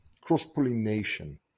cross-pollination